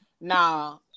Nah